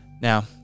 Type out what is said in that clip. Now